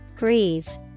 Grieve